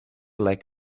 leg